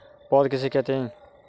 पौध किसे कहते हैं?